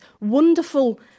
wonderful